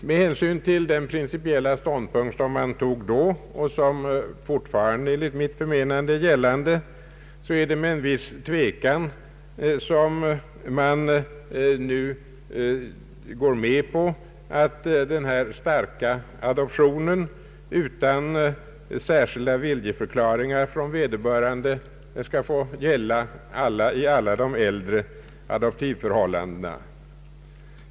Med hänsyn till den principiella ståndpunkt som man då tog och som fortfarande enligt mitt förmenande har bärkraft, är det med en viss tvekan vi nu går med på att den här starka adoptionen utan särskilda viljeförklaringar från vederbörande skall få gälla i alla de äldre adoptivförhållandena.